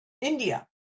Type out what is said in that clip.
India